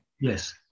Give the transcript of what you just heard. Yes